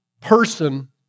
person